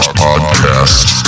podcast